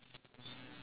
yes